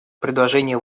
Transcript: предложение